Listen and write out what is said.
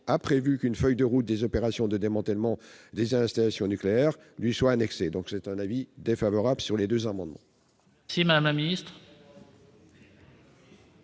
a prévu qu'une feuille de route des opérations de démantèlement des installations nucléaires lui soit annexée. La commission émet donc un avis défavorable sur ces amendements.